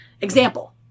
example